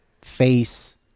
face